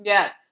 Yes